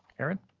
erin,